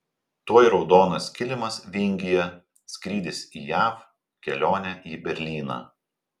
tuoj raudonas kilimas vingyje skrydis į jav kelionė į berlyną